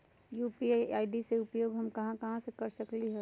UPI ID के उपयोग हम कहां कहां कर सकली ह?